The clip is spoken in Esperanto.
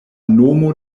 nomo